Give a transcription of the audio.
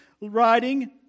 writing